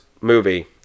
movie